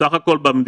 סך הכול,